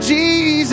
Jesus